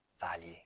value